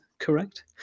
correct